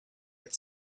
had